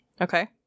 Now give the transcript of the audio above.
okay